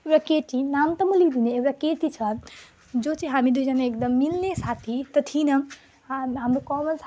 यो केटी नाम त म लिदिनँ एउटा केटी छ जो चाहिँ हामी दुईजना एकदम मिल्ने साथी त थिइनौँ हा हाम्रो कमन साथी